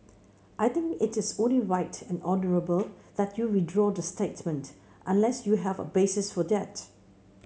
I think it is only right and honourable that you withdraw the statement unless you have a basis for that